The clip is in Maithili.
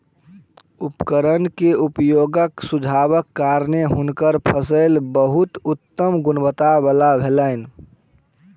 उपकरण के उपयोगक सुझावक कारणेँ हुनकर फसिल बहुत उत्तम गुणवत्ता वला भेलैन